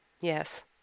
Yes